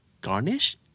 garnish